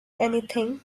anything